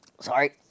Sorry